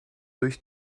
durch